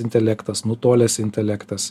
intelektas nutolęs intelektas